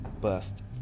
bust